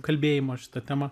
kalbėjimas šita tema